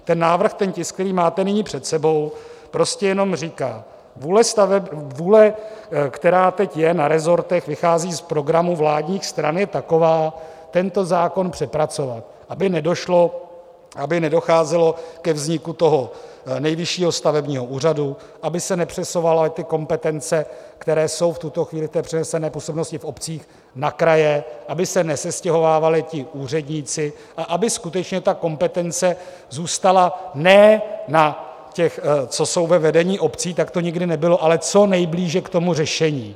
Ten návrh, ten tisk, který máte nyní před sebou, prostě jenom říká: Vůle, která teď je na resortech, vychází z programů vládních stran a je taková, tento zákon přepracovat, aby nedošlo... aby nedocházelo ke vzniku toho nejvyššího stavebního úřadu, aby se nepřesouvaly kompetence, které jsou v tuto chvíli v přenesené působnosti v obcích, na kraje, aby se nesestěhovávali úředníci a aby skutečně ta kompetence zůstala ne na těch, co jsou ve vedení obcí, tak to nikdy nebylo, ale co nejblíže k tomu řešení.